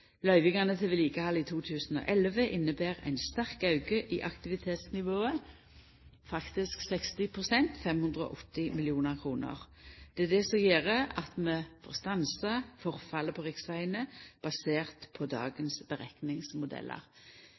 Løyvingane til vedlikehald i 2011 inneber ein sterk auke i aktivitetsnivået, faktisk 60 pst. – 580 mill. kr. Det er det som gjer at vi får stansa forfallet på riksvegane, basert på dagens